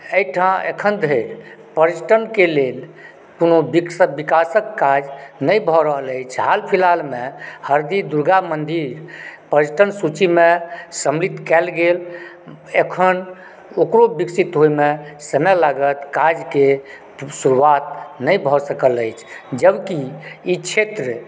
एहिठाँ अखनि धरि पर्यटनके लेल कोनो विकासके काज नहि भए रहल अछि हाल फिलहालमे हरदी दुर्गा मंदिर पर्यटन सूचीमे सम्मलित कैल गेल अखन ओकरो विकसित होएमे समय लागत काजके शुरुआत नहि भए सकल अछि जबकि ई क्षेत्र